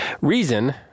Reason